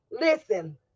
Listen